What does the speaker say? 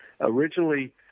originally